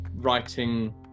writing